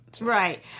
Right